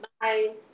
Bye